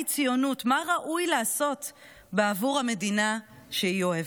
מהי ציונות ומה ראוי לעשות עבור המדינה שהיא אוהבת.